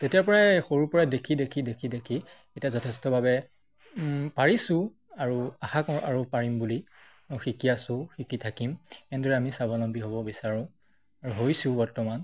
তেতিয়াৰপৰাই সৰুৰপৰাই দেখি দেখি দেখি দেখি এতিয়া যথেষ্টভাৱে পাৰিছোঁ আৰু আশা কৰোঁ আৰু পাৰিম বুলি শিকি আছো শিকি থাকিম এনেদৰে আমি স্বাৱলম্বী হ'ব বিচাৰোঁ আৰু হৈছোঁ বৰ্তমান